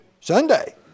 Sunday